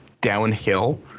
downhill